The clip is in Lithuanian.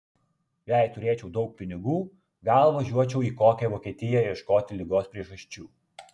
jei turėčiau daug pinigų gal važiuočiau į kokią vokietiją ieškoti ligos priežasčių